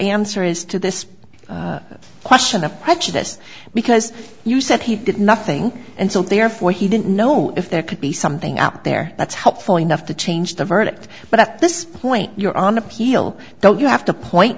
answer is to this question of prejudice because you said he did nothing and so therefore he didn't know if there could be something out there that's helpful enough to change the verdict but at this point you're on appeal don't you have to point